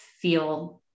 feel